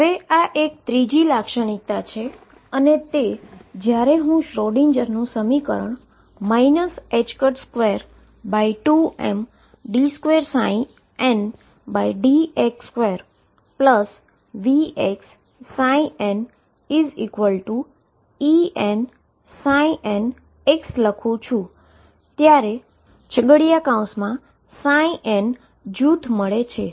હવે આ એક ત્રીજી લાક્ષણિકતા છે અને તે જ્યારે હું શ્રોડિંજરનુંSchrödinger સમીકરણ 22md2ndx2VxnEnnલખું છું ત્યારે n જુથ મળે છે